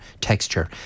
texture